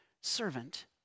servant